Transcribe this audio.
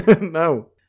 No